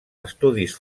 estudis